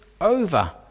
over